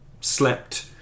slept